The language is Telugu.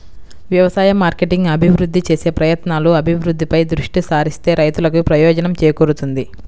వ్యవసాయ మార్కెటింగ్ అభివృద్ధి చేసే ప్రయత్నాలు, అభివృద్ధిపై దృష్టి సారిస్తే రైతులకు ప్రయోజనం చేకూరుతుంది